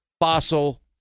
fossil